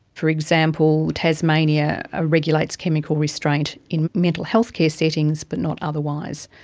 for example, tasmania ah regulates chemical restraint in mental healthcare settings but not otherwise.